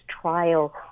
trial